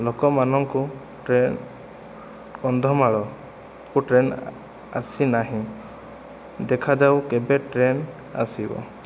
ଲୋକମାନଙ୍କୁ ଟ୍ରେନ କନ୍ଧମାଳକୁ ଟ୍ରେନ ଆସି ନାହିଁ ଦେଖାଯାଉ କେବେ ଟ୍ରେନ ଆସିବ